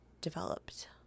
developed